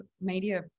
media